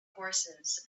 horses